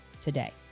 today